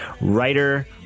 writer